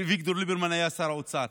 ואביגדור ליברמן היה שר האוצר,